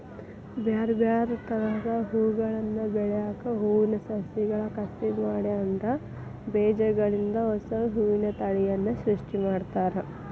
ಬ್ಯಾರ್ಬ್ಯಾರೇ ತರದ ಹೂಗಳನ್ನ ಬೆಳ್ಯಾಕ ಹೂವಿನ ಸಸಿಗಳ ಕಸಿ ಮಾಡಿ ಅದ್ರ ಬೇಜಗಳಿಂದ ಹೊಸಾ ಹೂವಿನ ತಳಿಯನ್ನ ಸೃಷ್ಟಿ ಮಾಡ್ತಾರ